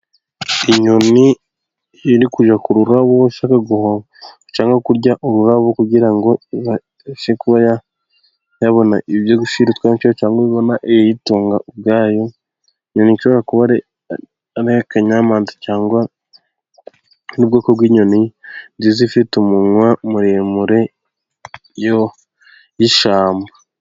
Inyoni iri kujya kururabo ishaka guhova, cyangwa kurya ururabo kugira ngo ibashe kuba yabona ibyo gushyira utwana twayo, cyangwa ibona ikiyitunga ubwayo, ni inyoni ishobora kuba ari inyamanza cyangwa ubwoko bw'inyoni nziza ifite umunwa muremure yo y'ishamba